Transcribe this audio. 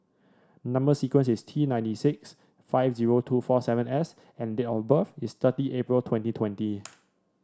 number sequence is T ninety six five zero two four seven S and date of birth is thirty April twenty twenty